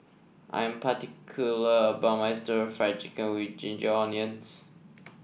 I am particular about my Stir Fried Chicken with Ginger Onions